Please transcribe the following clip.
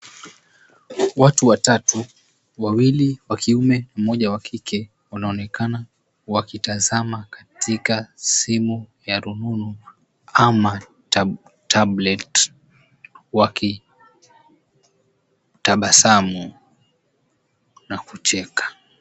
Watu watatu, wawili wa kiume mmoja wa kike, wanaonekana wakitazama katika simu ya rununu ama cs[tablet]cs wakitabasamu na kucheka.